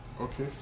Okay